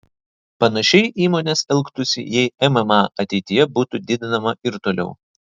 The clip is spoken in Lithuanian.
panašiai įmonės elgtųsi jei mma ateityje būtų didinama ir toliau